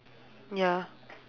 ya